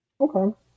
Okay